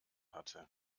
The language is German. hatte